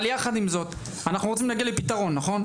אבל יחד עם זאת, אנחנו רוצים להגיע לפתרון, נכון?